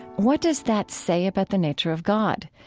what does that say about the nature of god?